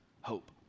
hope